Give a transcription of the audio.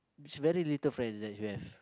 very little friends that you have